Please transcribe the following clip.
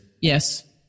yes